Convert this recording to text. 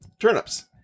turnips